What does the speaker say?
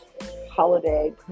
holiday